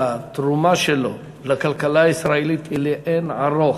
התרומה שלו לכלכלה הישראלית היא לאין ערוך.